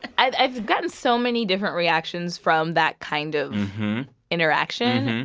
i've i've gotten so many different reactions from that kind of interaction,